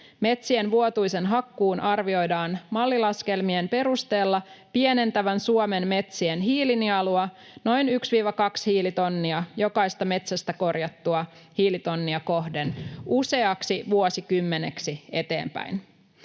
Metsien vuotuisen hakkuun arvioidaan mallilaskelmien perusteella pienentävän Suomen metsien hiilinielua noin 1—2 hiilitonnia jokaista metsästä korjattua hiilitonnia kohden useaksi vuosikymmeneksi eteenpäin.